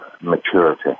maturity